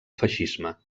feixisme